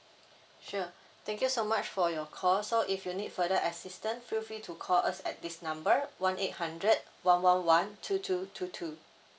sure thank you so much for your call so if you need further assistant feel free to call us at this number one eight hundred one one one two two two two